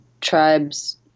tribes